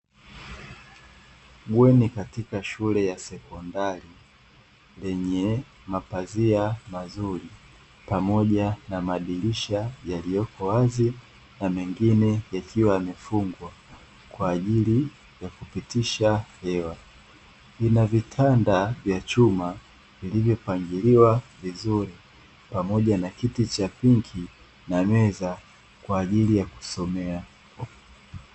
Bweni katika shule ya sekondari lenye mapazia mazuri pamoja na madirisha yaliyoko wazi na mengine yakiwa yamefungwa kwa ajili ya kupitisha hewa. Kuna vitanda vya chuma vilivyopangiliwa vizuri pamoja na kiti cha pinki na meza kwa ajili ya kujisomea.